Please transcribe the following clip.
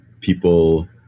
people